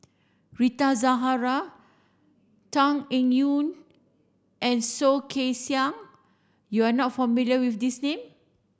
Rita Zahara Tan Eng Yoon and Soh Kay Siang you are not familiar with these name